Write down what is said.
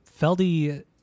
Feldy